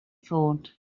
thought